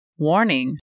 Warning